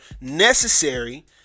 necessary